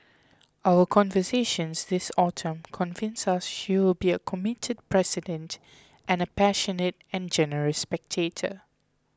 our conversations this autumn convince us she will be a committed president and a passionate and generous spectator